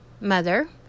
mother